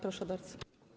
Proszę bardzo.